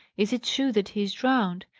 is it true that he is drowned?